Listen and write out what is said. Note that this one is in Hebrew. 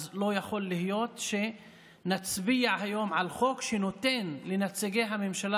אז לא יכול להיות שנצביע היום על חוק שנותן לנציגי הממשלה